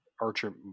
Archer